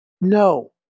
No